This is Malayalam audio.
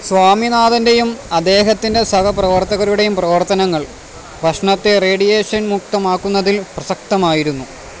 സ്വാമിനാഥൻ്റെയും അദ്ദേഹത്തിൻ്റെ സഹപ്രവർത്തകരുടെയും പ്രവർത്തനങ്ങൾ ഭക്ഷണത്തെ റേഡിയേഷൻ മുക്തമാക്കുന്നതിൽ പ്രസക്തമായിരുന്നു